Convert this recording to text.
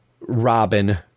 Robin